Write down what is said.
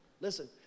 listen